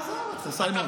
עזוב אותך, סיימון.